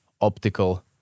optical